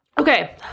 Okay